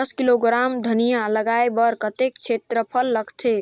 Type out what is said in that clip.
दस किलोग्राम धनिया लगाय बर कतेक क्षेत्रफल लगथे?